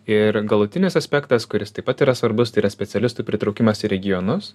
ir galutinis aspektas kuris taip pat yra svarbus tai yra specialistų pritraukimas į regionus